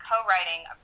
co-writing